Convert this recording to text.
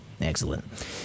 excellent